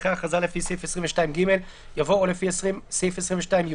אחרי "הכרזה לפי סעיף 22ג" יבוא "או לפי סעיף 22יח".